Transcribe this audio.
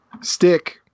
stick